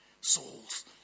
Souls